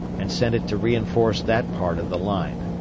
and sent it to reinforce that part of the line.